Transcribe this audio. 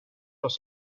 los